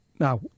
Now